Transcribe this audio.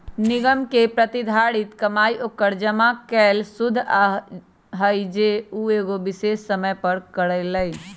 निगम के प्रतिधारित कमाई ओकर जमा कैल शुद्ध आय हई जे उ एगो विशेष समय पर करअ लई